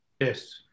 Yes